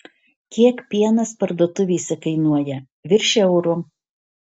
kiek pienas parduotuvėse kainuoja virš euro